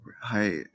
Hi